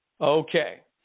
Okay